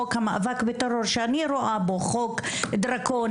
חוק המאבק בטרור - שאני רואה בו חוק דרקוני,